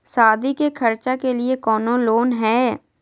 सादी के खर्चा के लिए कौनो लोन है?